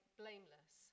blameless